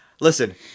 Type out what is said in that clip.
Listen